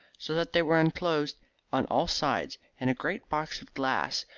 so that they were enclosed on all sides in a great box of glass,